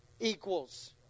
equals